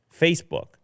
Facebook